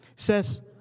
Says